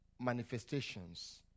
manifestations